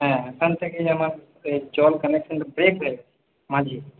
হ্যাঁ ওইখান থেকেই আমার জল কানেকশানটা ব্রেক হয়ে যাচ্ছে মাঝে